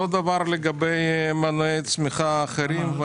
אותו דבר לגבי מנועי צמיחה אחרים.